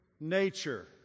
nature